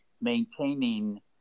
maintaining